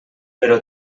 però